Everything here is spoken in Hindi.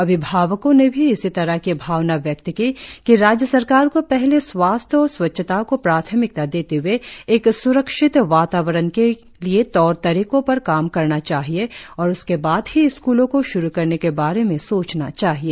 अभिभावको ने भी इसी तरह की भावना व्यक्त की कि राज्य सरकार को पहले स्वास्थ्य और स्वच्छता को प्राथमिकता देते हुए एक सुरक्षित वातावरण के लिए तौर तरीकों पर काम करना चाहिए और उसके बाद ही स्कूलों को श्रु करने के बारे में सोचना चाहिए